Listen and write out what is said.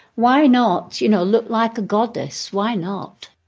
why not you know look like a goddess? why not?